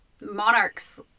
monarchs